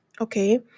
okay